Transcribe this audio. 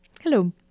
Hello